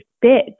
bit